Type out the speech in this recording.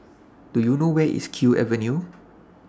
Do YOU know Where IS Kew Avenue